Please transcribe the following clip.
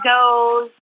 goes